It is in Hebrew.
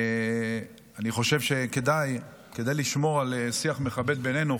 אני חושב שכדאי לשמור על שיח מכבד בינינו,